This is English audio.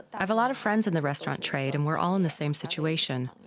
i've a lot of friends in the restaurant trade and we're all in the same situation.